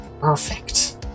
perfect